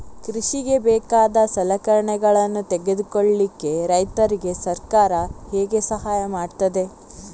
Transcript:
ಕೃಷಿಗೆ ಬೇಕಾದ ಸಲಕರಣೆಗಳನ್ನು ತೆಗೆದುಕೊಳ್ಳಿಕೆ ರೈತರಿಗೆ ಸರ್ಕಾರ ಹೇಗೆ ಸಹಾಯ ಮಾಡ್ತದೆ?